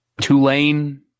Tulane